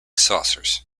saucers